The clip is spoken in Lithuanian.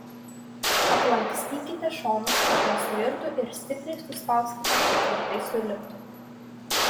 aplankstykite šonus kad nesuirtų ir stipriai suspauskite kad tvirtai suliptų